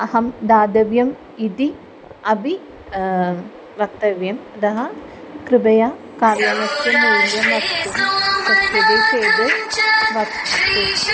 अहं दातव्यम् इति अपि वक्तव्यम् अतः कृपया कार् यानस्य मूल्यं वक्तुं शक्यते चेत् वदतु